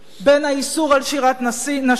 בין האיסור על שירת נשים,